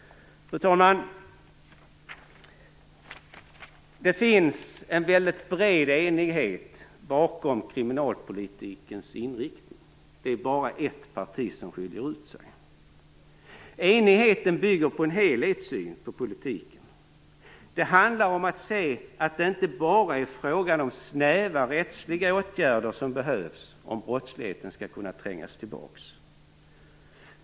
Fru talman! Det finns en väldigt bred enighet bakom kriminalpolitikens inriktning. Det är bara ett parti som skiljer ut sig. Enigheten bygger på en helhetssyn på politiken. Det handlar om att se att det inte bara är frågan om snäva rättsliga åtgärder som behövs om brottsligheten skall kunna trängas tillbaka.